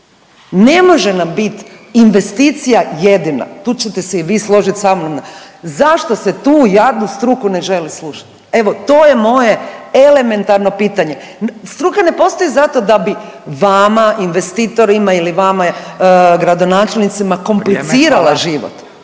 ne može nam biti investicija jedina. Tu ćete se i vi složiti samnom. Zašto se tu jadnu struku ne želi slušati? Evo to je moje elementarno pitanje. Struka ne postoji zato da bi vama investitorima ili vama gradonačelnicima …/Upadica: